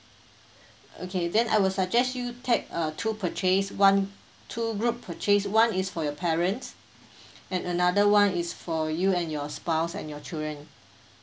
okay then I will suggest you take a two purchase one two group purchase one is for your parents and another one is for you and your spouse and your children